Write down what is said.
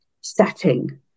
setting